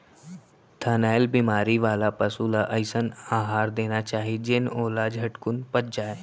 थनैल बेमारी वाला पसु ल अइसन अहार देना चाही जेन ओला झटकुन पच जाय